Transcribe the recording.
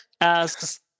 asks